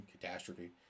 catastrophe